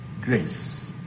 grace